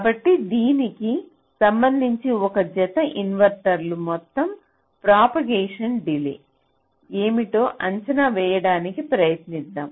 కాబట్టి దీనికి సంబంధించి ఈ జత ఇన్వర్టర్ల మొత్తం ప్రాపగెషన్ డిలే ఏమిటో అంచనా వేయడానికి ప్రయత్నిద్దాం